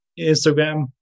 Instagram